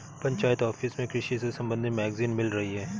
panchayat office में कृषि से संबंधित मैगजीन मिल रही है